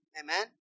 Amen